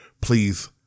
Please